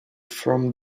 from